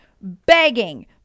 begging